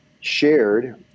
shared